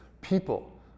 people